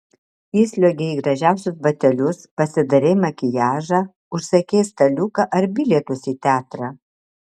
įsliuogei į gražiausius batelius pasidarei makiažą užsakei staliuką ar bilietus į teatrą